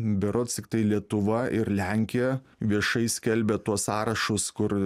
berods tiktai lietuva ir lenkija viešai skelbia tuos sąrašus kur